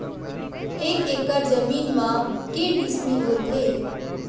एक एकड़ जमीन मा के डिसमिल होथे?